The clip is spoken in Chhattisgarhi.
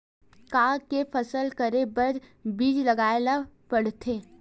का के फसल करे बर बीज लगाए ला पड़थे?